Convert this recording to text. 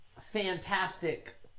fantastic